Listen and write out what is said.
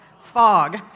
Fog